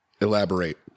Elaborate